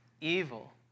evil